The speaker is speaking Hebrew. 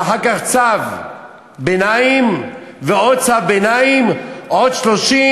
ואחר כך צו ביניים, ועוד צו ביניים, עוד 30,